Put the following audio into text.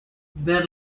then